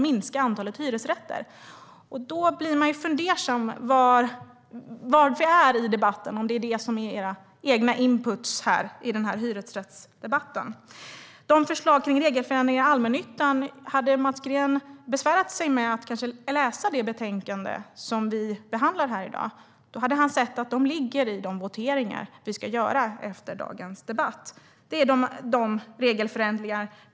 Man blir fundersam om det är detta som är er input i den här hyresrättsdebatten. Om Mats Green hade gjort sig besväret att kanske läsa det betänkande som vi behandlar här i dag hade han sett att våra förslag om regelförenklingar för allmännyttan finns med bland det vi ska votera om efter dagens debatt.